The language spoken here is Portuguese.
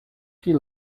que